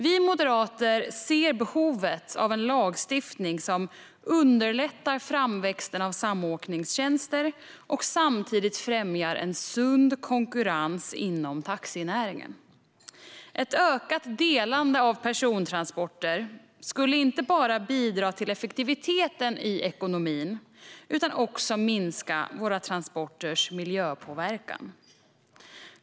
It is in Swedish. Vi moderater ser behovet av en lagstiftning som underlättar framväxten av samåkningstjänster och samtidigt främjar en sund konkurrens inom taxinäringen. Ett ökat delande av persontransporter skulle inte bara bidra till effektiviteten i ekonomin utan också minska våra transporters miljöpåverkan.